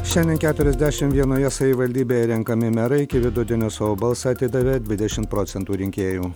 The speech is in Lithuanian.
šiandien keturiasdešimt vienoje savivaldybėje renkami merai iki vidudienio savo balsą atidavė dvidešimt procentų rinkėjų